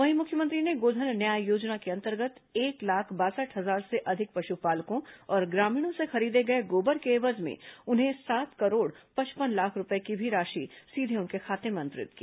वहीं मुख्यमंत्री ने गोधन न्याय योजना के अंतर्गत एक लाख बासठ हजार से अधिक पशुपालकों और ग्रामीणों से खरीदे गए गोबर के एवज में उन्हें सात करोड़ पचपन लाख रूपये की राशि भी सीधे उनके खाते में अंतरित की